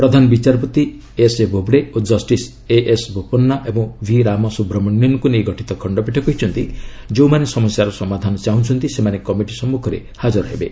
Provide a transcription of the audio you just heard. ପ୍ରଧାନ ବିଚାରପତି ଏସ୍ଏ ବୋବଡେ ଓ justice A S Bopanna ଏବଂ ଭି ରାମ ସୁବ୍ରମଣ୍ୟନ୍ଙ୍କୁ ନେଇ ଗଠିତ ଖଣ୍ଡପୀଠ କହିଛନ୍ତି ଯେଉଁମାନେ ସମସ୍ୟାର ସମାଧାନ ଚାହୁଁଛନ୍ତି ସେମାନେ କମିଟି ସମ୍ମୁଖରେ ହାଜର ହେବେ